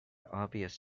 obvious